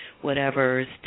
whatever's